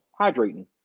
hydrating